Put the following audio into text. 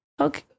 okay